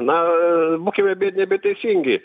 na būkime biedni bet teisingi